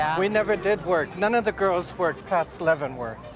and we never did work. none of the girls worked past leavenworth,